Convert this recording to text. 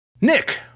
Nick